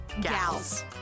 Gals